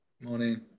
Morning